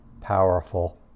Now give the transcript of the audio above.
powerful